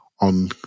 on